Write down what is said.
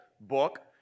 book